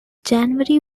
january